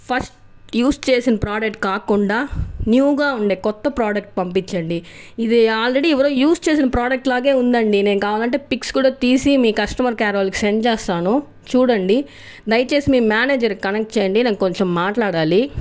first use చేసిన product కాకుండా న్యూగా ఉండే కొత్త ప్రోడక్ట్ పంపించండి ఇది ఆల్రెడీ ఎవరో యూజ్ చేసిన ప్రోడక్ట్ లాగే ఉందండీ నేను కావాలంటే పిక్స్ కూడా తీసి మీ కస్టమర్ కేర్ వాళ్ళకి సెండ్ చేస్తాను చూడండి దయచేసి మీ మేనేజర్కి కనెక్ట్ చేయండి నేను కొంచం మాట్లాడాలి